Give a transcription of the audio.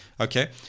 Okay